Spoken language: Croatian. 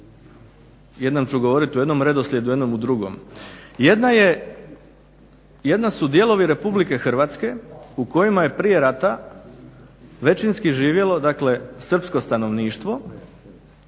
jedna su dijelovi RH u kojima je prije rata većinski živjelo dakle srpsko stanovništvo